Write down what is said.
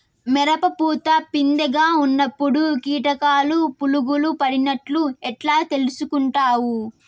మిరప పూత పిందె గా ఉన్నప్పుడు కీటకాలు పులుగులు పడినట్లు ఎట్లా తెలుసుకుంటావు?